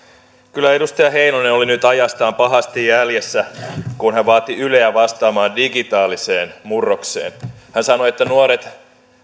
kyllä edustaja heinonen oli nyt ajastaan pahasti jäljessä kun hän vaati yleä vastaamaan digitaaliseen murrokseen hän sanoi että nuoret